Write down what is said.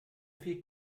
viel